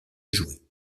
jouets